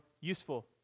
useful